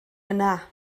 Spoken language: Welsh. yna